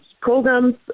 programs